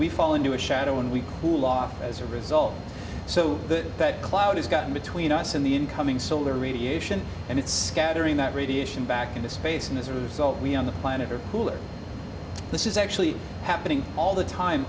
we fall into a shadow and we cool off as a result so that cloud has gotten between us and the incoming solar radiation and it's scattering that radiation back into space and as a result we on the planet are cooler this is actually happening all the time